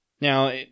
Now